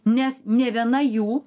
nes nė viena jų